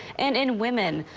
and in women,